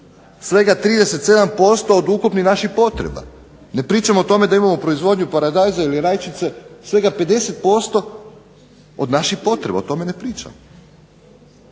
svega 37% od ukupnih naših potreba. Ne pričamo o tome da imamo proizvodnju paradajza ili rajčice svega 50% od naših potreba, o tome ne pričamo.